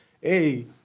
hey